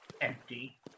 empty